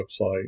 website